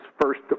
first